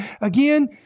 again